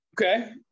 Okay